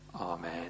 Amen